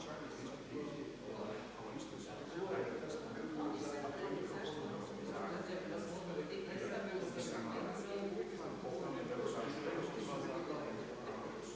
Hvala vam